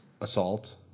assault